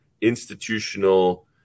institutional